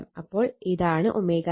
അപ്പോൾ ഇതാണ് ω t